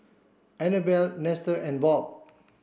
Annabella Nestor and Bob